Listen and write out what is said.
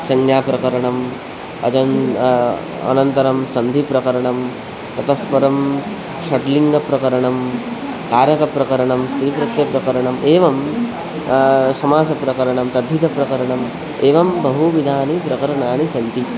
संज्ञाप्रकरणम् अजन्तः अनन्तरं सन्धिप्रकरणं ततः परं षड्लिङ्गप्रकरणं कारकप्रकरणं स्त्रीप्रत्ययप्रकरणम् एवं समासप्रकरणं तद्धितप्रकरणम् एवं बहुविधानि प्रकरणानि सन्ति